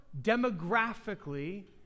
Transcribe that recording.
demographically